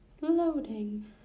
Loading